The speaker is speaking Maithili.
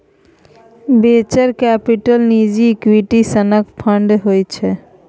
वेंचर कैपिटल निजी इक्विटी सनक फंड होइ छै